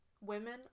Women